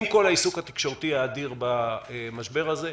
עם כל העיסוק התקשורתי האדיר במשבר הזה,